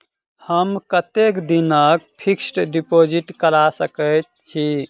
हम कतेक दिनक फिक्स्ड डिपोजिट करा सकैत छी?